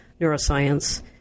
neuroscience